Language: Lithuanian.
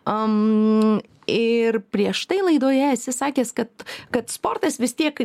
am ir prieš tai laidoje esi sakęs kad kad sportas vis tiek